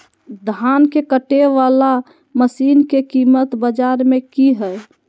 धान के कटे बाला मसीन के कीमत बाजार में की हाय?